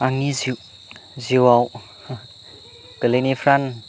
आंनि जिउ जिउआव गोलैनायफ्रा